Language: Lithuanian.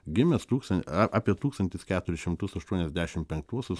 gimęs tūkstan apie tūkstantis keturis šimtus aštuoniasdešim penktuosius